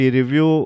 review